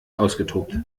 ausgetobt